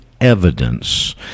evidence